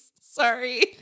Sorry